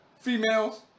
females